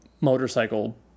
Motorcycle